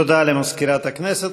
תודה למזכירת הכנסת.